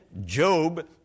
Job